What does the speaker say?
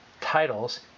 titles